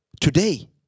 today